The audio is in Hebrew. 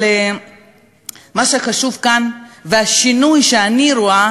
אבל מה שחשוב כאן, והשינוי שאני רואה